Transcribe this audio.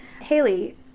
Haley